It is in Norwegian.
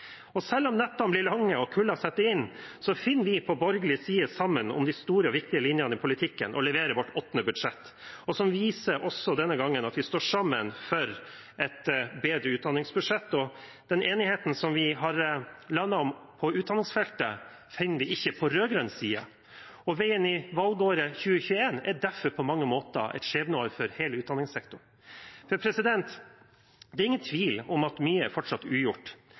Selv om «nettene blir lange og kulda setter inn», finner vi på borgerlig side sammen om de store og viktige linjene i politikken og leverer vårt åttende budsjett. Vi viser også denne gangen at vi står sammen for et bedre utdanningsbudsjett. Den enigheten vi har landet på utdanningsfeltet, finner vi ikke på rød-grønn side. Valgåret 2021 er derfor på mange måter et skjebneår for hele utdanningssektoren. Det er ingen tvil om at mye fortsatt er ugjort,